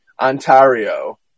Ontario